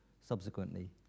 subsequently